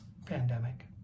pandemic